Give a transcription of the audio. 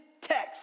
text